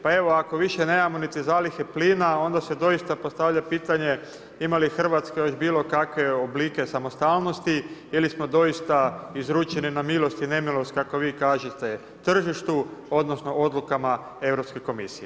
Pa evo, ako više nemamo niti zalihe plina, onda se dosita postavlja pitanje, ima li Hrvatska još bilo kakve oblike samostalnosti ili smo doista izručeni na milost i nemilost, kako vi kažete, tržištu, odnosno, odlukama Europske komisije.